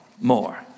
more